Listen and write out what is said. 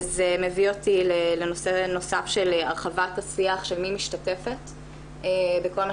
זה מביא אותי לנושא נוסף של הרחבת השיח של מי משתתפת בכל מה